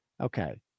Okay